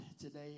today